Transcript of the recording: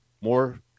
more